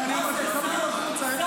מה, אני אמרתי "מחבלים החוצה".